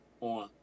on